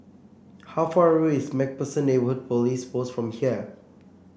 how far away is MacPherson Police Post from here